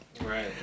Right